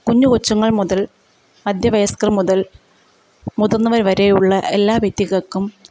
കുഞ്ഞ് കൊച്ചുങ്ങൾ മുതൽ മധ്യവയസ്കർ മുതൽ മുതിർന്നവർ വരെയുള്ള എല്ലാ വ്യക്തികൾക്കും